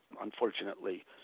unfortunately